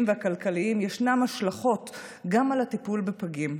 והכלכליים יש השלכות גם על הטיפול בפגים,